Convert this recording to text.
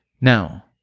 Now